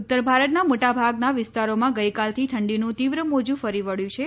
ઉત્તરભારતના મોટાભાગના વિસ્તારોમાં ગઈકાલથી ઠંડીનું તિવ્ર મોજુ ફરી વળ્યું છે